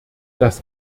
das